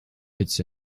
its